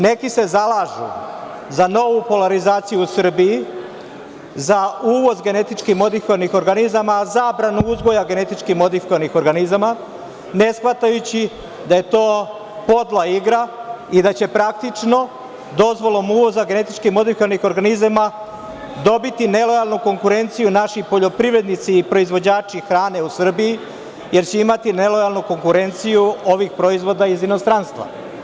Neki se zalažu za novu polarizaciju u Srbiji, za uvoz GMO organizama, zabranu uzgoja GMO organizama, ne shvatajući da je to podla igra i da će praktično dozvolom uvoza GMO organizama dobiti nelojalnu konkurenciju naši poljoprivrednici i proizvođači hrane u Srbiji, jer će imati nelojalnu konkurenciju ovih proizvoda iz inostranstva.